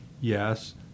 Yes